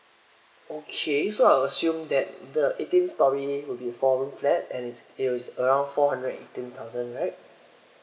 okay so I will assume that the eighteen story will be four room flat and it's it is around four hundred eighteen thousand right